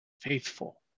faithful